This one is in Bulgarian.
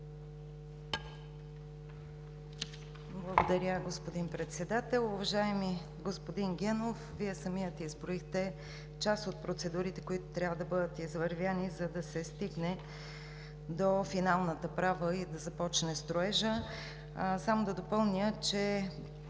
Благодаря Ви, господин Председател. Уважаеми господин Генов, Вие самият изброихте част от процедурите, които трябва да бъдат извървени, за да се стигне до финалната права и да започне строежът. Само да допълня, че